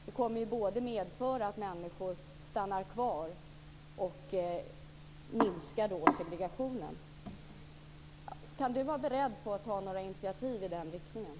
Det kommer att medföra både att människor stannar kvar och att segregationen minskar. Är Siw Wittgren-Ahl beredd att ta några initiativ i den riktningen?